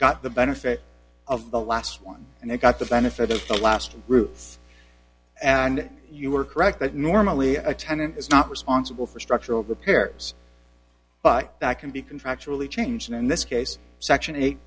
got the benefit of the last one and they got the benefit of the last routes and you are correct that normally a tenant is not responsible for structural repairs but that can be contractually changed in this case section eight